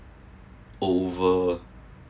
over